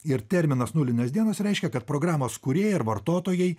ir terminas nulinės dienos reiškia kad programos kūrėjai ar vartotojai